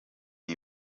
ubu